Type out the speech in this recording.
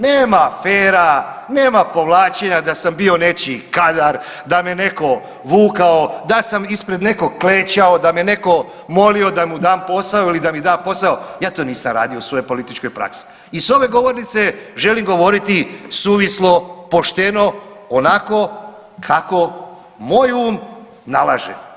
Nema afera, nema povlačenja, da sam bio nečiji kadar, da me netko vukao, da sam ispred nekog klečao, da me netko molio da mu dam posao ili da mi da posao, ja to nisam radio u svojoj političkoj praksi i s ove govornice želim govoriti suvislo, pošteno, onako kako moj um nalaže.